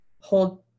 hold